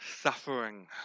suffering